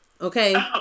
okay